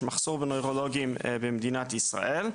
יש מחסור בנוירולוגים במדינת ישראל.